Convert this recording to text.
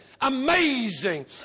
amazing